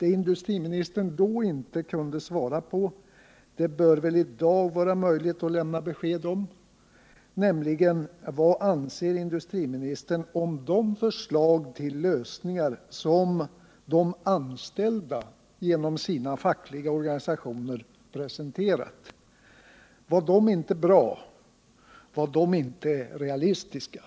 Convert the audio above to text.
Det som industriministern då inte kunde svara på bör väl idag vara möjligt att lämna besked om, nämligen vad industriministern anser om de förslag till lösningar som de anställda genom sina fackliga organisationer har presenterat. Var de förslagen inte bra? Var de inte realistiska?